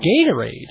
Gatorade